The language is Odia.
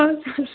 ହଉ ସାର୍